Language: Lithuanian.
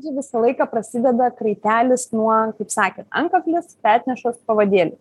ir visą laiką prasideda kraitelis nuo kaip sakėt antkaklis petnešos pavadėliai